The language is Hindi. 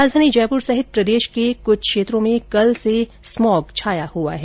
राजधानी जयपुर सहित प्रदेश के कुछ क्षेत्रों में कल से स्मॉग छाया हुआ है